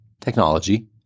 technology